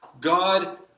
God